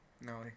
No